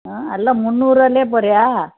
ம் எல்லாம் முந்நூறுவாயிலே போகிறீயா